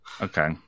Okay